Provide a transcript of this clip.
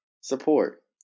Support